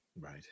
Right